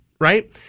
right